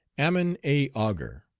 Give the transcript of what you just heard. ammon a. augur,